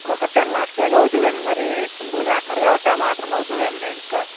ఒక టెన్ లాక్స్ దాకా అవుతుందండి మరి సింపుల్గా అంటున్నారు కాబట్టి ఆమాత్రం అవుతుందండి ఇంకా